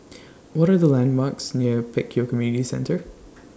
What Are The landmarks near Pek Kio Community Centre